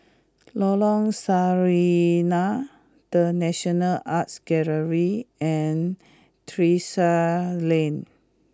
Lorong Sarina The National Art Gallery and Terrasse Lane